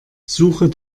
suche